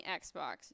Xbox